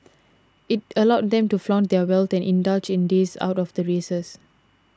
it allowed them to flaunt their wealth and indulge in days out of the races